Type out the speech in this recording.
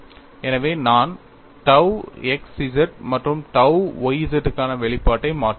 எனவே நான் tau x z மற்றும் tau y z க்கான வெளிப்பாட்டை மாற்றுகிறேன்